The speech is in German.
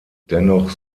dennoch